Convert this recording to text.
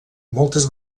moltes